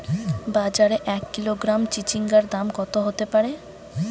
বাজারে এক কিলোগ্রাম চিচিঙ্গার দাম কত হতে পারে?